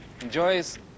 enjoys